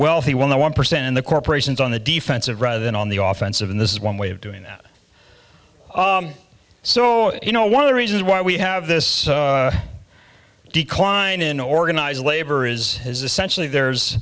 wealthy one the one percent and the corporations on the defensive rather than on the office of and this is one way of doing that so you know one of the reasons why we have this decline in organized labor is is essentially there's